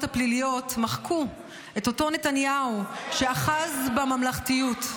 הפליליות מחקו את אותו נתניהו שאחז בממלכתיות,